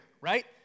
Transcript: right